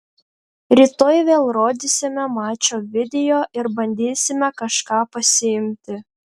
rytoj vėl rodysime mačo video ir bandysime kažką pasiimti